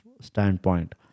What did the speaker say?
standpoint